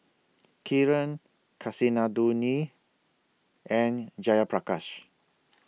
Kiran Kasinadhuni and Jayaprakash